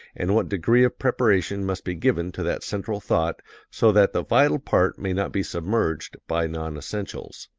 and what degree of preparation must be given to that central thought so that the vital part may not be submerged by non-essentials.